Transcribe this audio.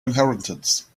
inheritance